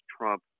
Trump